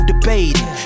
debating